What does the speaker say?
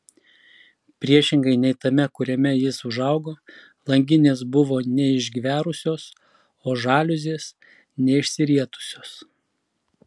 priešingai nei tame kuriame jis užaugo langinės buvo neišgverusios o žaliuzės neišsirietusios